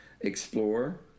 explore